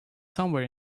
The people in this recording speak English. somewhere